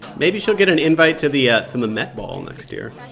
maybe she'll get an invite to the yeah to the met ball next year